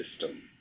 system